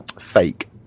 fake